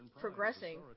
progressing